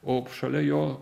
o šalia jo